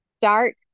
start